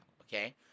Okay